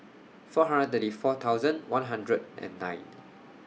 four hundred and thirty four thousand one hundred and nine